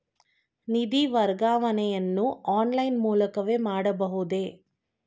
ನಿಧಿ ವರ್ಗಾವಣೆಯನ್ನು ಆನ್ಲೈನ್ ಮೂಲಕವೇ ಮಾಡಬಹುದೇ?